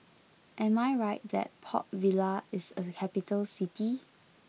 am I right that Port Vila is a capital city